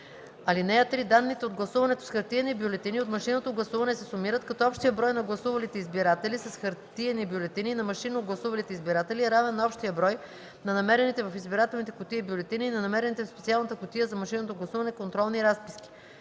ал. 1. (3) Данните от гласуването с хартиени бюлетини и от машинното гласуване се сумират, като общият брой на гласувалите избиратели с хартиени бюлетини и на машинно гласувалите избиратели е равен на общия брой на намерените в избирателните кутии бюлетини и на намерените в специалната кутия за машинното гласуване контролни разписки.